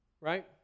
right